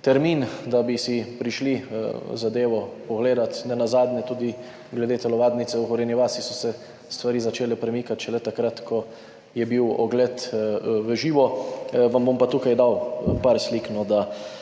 termin, da bi si prišli zadevo pogledat. Nenazadnje so se tudi glede telovadnice v Gorenji vasi stvari začele premikati šele takrat, ko je bil ogled v živo. Vam bom pa tukaj dal par slik, saj